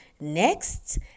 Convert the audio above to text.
next